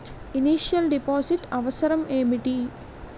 Initial deposit అవసరం ఏమిటి?